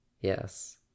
Yes